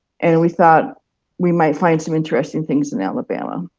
and we thought we might find some interesting things in alabama.